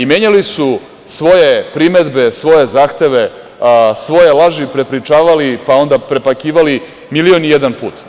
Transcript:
Menjali su svoje primedbe, svoje zahteve, svoje laže prepričavali pa onda prepakivali milion i jedan put.